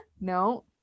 No